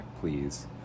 please